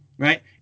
Right